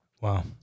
Wow